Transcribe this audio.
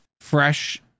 fresh